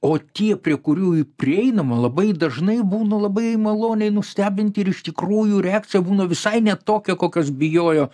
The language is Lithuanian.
o tie prie kurių ir prieinama labai dažnai būna labai maloniai nustebinti ir iš tikrųjų reakcija būna visai ne tokia kokios bijojo